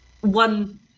One